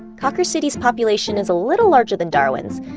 cawker city's population is a little larger than darwin's,